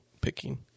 picking